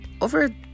over